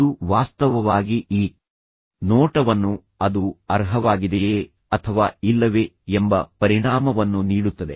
ಅದು ವಾಸ್ತವವಾಗಿ ಈ ನೋಟವನ್ನು ಅದು ಅರ್ಹವಾಗಿದೆಯೇ ಅಥವಾ ಇಲ್ಲವೇ ಎಂಬ ಪರಿಣಾಮವನ್ನು ನೀಡುತ್ತದೆ